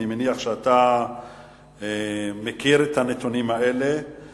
אני מניח שאתה מכיר את הנתונים האלה על